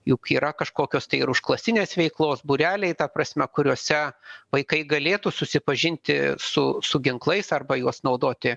juk yra kažkokios tai ir užklasinės veiklos būreliai ta prasme kuriose vaikai galėtų susipažinti su su ginklais arba juos naudoti